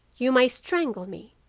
you may strangle me,